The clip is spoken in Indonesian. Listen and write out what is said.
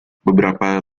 beberapa